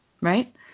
Right